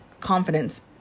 confidence